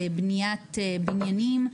בבניית בניינים,